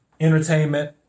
Entertainment